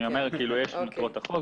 אני אומר שיש מטרות לחוק,